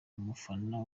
umufana